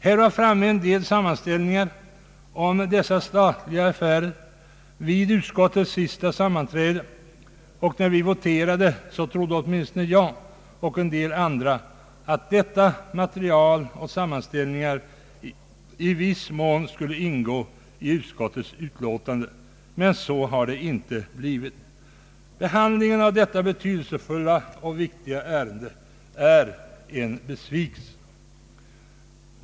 Det fanns framme en del sammanställningar om dessa statliga affärer vid utskottets sista sammanträde, och när vi voterade trodde åtminstone jag och en del andra att detta material i viss mån skulle ingå i utskottets utlåtande. Så har det inte blivit. Behandlingen av detta betydelsefulla och viktiga ärende är en besvikelse.